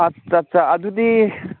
ꯑꯥꯠꯆꯥ ꯆꯥ ꯑꯗꯨꯗꯤ